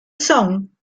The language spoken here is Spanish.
son